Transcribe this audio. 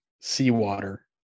seawater